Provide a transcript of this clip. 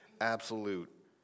absolute